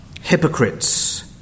hypocrites